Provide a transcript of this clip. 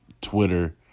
Twitter